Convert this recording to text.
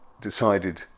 decided